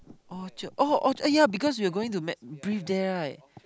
Orchard oh oh uh ya because we are going to met brief there right